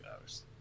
hours